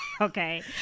Okay